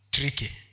Tricky